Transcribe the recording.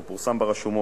ופורסם ברשומות.